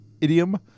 idiom